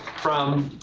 from